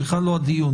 זה בכלל לא דיון,